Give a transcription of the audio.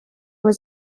was